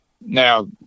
Now